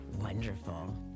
Wonderful